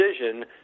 decision